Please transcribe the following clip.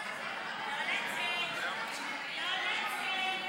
הכנסת בדבר הקמת ועדה לעניין